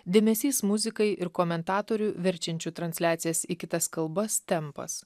dėmesys muzikai ir komentatorių verčiančių transliacijas į kitas kalbas tempas